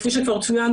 כפי שכבר צוין,